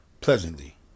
pleasantly